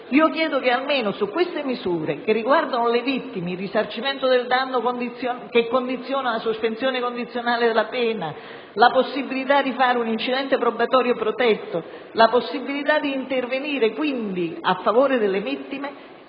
chiedo che almeno sulle misure che riguardano le vittime, il risarcimento del danno che condiziona la sospensione condizionale della pena, la possibilità di fare un incidente probatorio protetto, la possibilità di intervenire, quindi, a favore delle vittime,